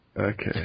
Okay